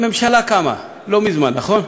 הממשלה קמה לא מזמן, נכון?